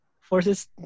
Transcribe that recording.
forces